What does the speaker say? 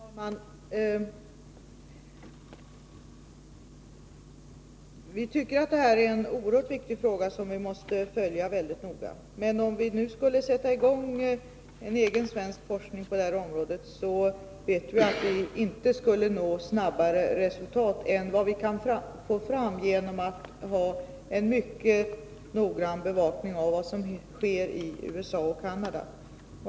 Herr talman! Vi tycker att detta är en oerhört viktig fråga, som vi måste följa mycket noga. Men om vi nu skulle sätta i gång en egen svensk forskning på detta område, vet vi att vi inte skulle få snabbare resultat än vi kan få fram genom att ha en mycket noggrann bevakning av vad som sker i USA och Canada.